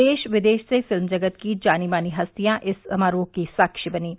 देश विदेश से फिल्म जगत की जानी मानी हस्तियां इस समारोह की साक्षी बनीं